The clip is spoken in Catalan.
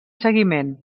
seguiment